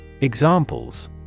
Examples